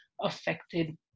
affected